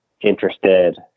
interested